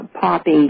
poppy